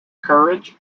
courage